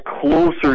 closer